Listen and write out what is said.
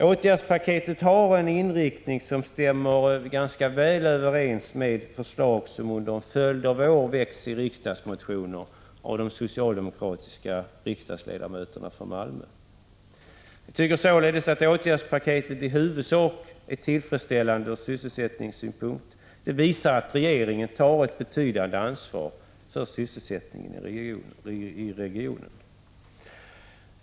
Åtgärdspaketet har en inriktning, som stämmer ganska väl överens med förslag, vilka under en följd av år framlagts i riksdagsmotioner av de socialdemokratiska riksdagsledamöterna från Malmö. Åtgärdspaketet är i huvudsak tillfredsställande från sysselsättningspolitisk synpunkt och visar att regeringen tar ett betydande ansvar för sysselsättningen i regionen.